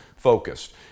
Focused